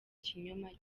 kinyoma